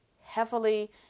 heavily